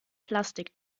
plastik